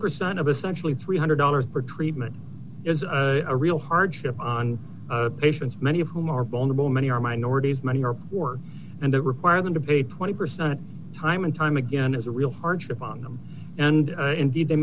percent of essential three hundred dollars for treatment is a real hardship on patients many of whom are vulnerable many are minorities many are work and that require them to pay twenty percent time and time again is a real hardship on them and indeed they